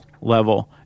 level